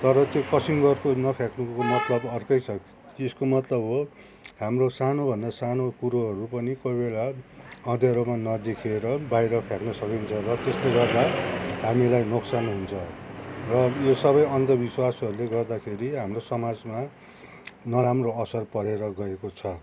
तर त्यो कसिङ्गरको नफ्याँक्नुको मतलब अर्कै छ कि त्यसको मतलब हो हाम्रो सानो भन्दा सानो कुरोहरू पनि कोही बेला अँध्यारोमा नदेखेर बाहिर फ्याँक्नु सकिन्छ र त्यसले गर्दा हामीलाई नोकसान हुन्छ र यो सबै अन्धविश्वासहरूले गर्दाखेरि हाम्रो समाजमा नराम्रो असर परेर गएको छ